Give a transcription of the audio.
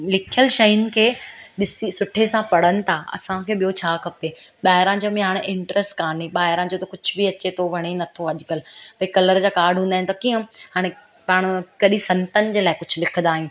लिखियलु शयुनि खे ॾिसी सुठे सां पढ़ण था असांखे ॿियों छा खपे ॿाहिरां जंहिं में हाणे इंट्रस्ट कोन्हे ॿाहिरां जो त कुझु बि अचे थो वणे नथो अॼुकल्ह भई कलर जा कार्ड हूंदा आहिनि त कीअं हाणे पाण कढी संतनि जे लाइ कुझु लिखंदा आहियूं